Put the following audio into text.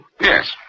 Yes